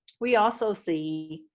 we also see,